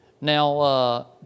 Now